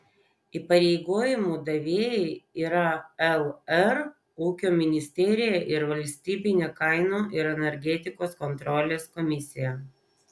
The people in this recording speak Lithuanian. įpareigojimų davėjai yra lr ūkio ministerija ir valstybinė kainų ir energetikos kontrolės komisija